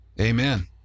amen